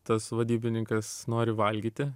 tas vadybininkas nori valgyti